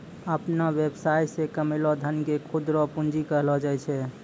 अपनो वेवसाय से कमैलो धन के खुद रो पूंजी कहलो जाय छै